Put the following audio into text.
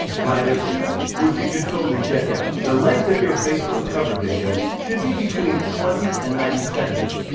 right up here, which you should totally check out. the length of your facebook cover video should be between twenty and ninety seconds.